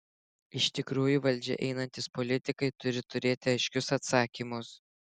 iš tikrųjų valdžią einantys politikai turi turėti aiškius atsakymus